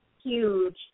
huge